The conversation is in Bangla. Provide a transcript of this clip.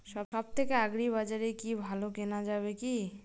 সব থেকে আগ্রিবাজারে কি ভালো কেনা যাবে কি?